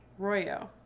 Royo